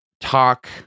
talk